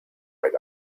right